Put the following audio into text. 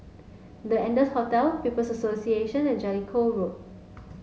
the Ardennes Hotel People's Association and Jellicoe Road